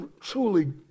truly